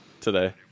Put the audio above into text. today